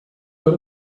got